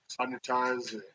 sanitize